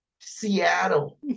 Seattle